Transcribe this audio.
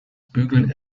bügeln